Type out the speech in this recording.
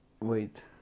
wait